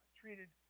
treated